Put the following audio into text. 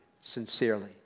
sincerely